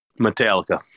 Metallica